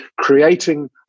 creating